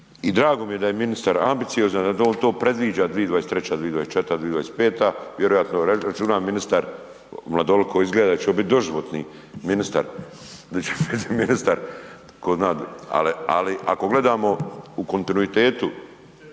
I drago mi je da je ministar ambiciozan da on to predviđa 2023., 2024., 2025. vjerojatno računa ministar mladoliko izgleda da će on biti doživotni ministar, ali ako gledamo u kontinuitetu